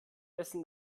wessen